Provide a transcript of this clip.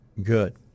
Good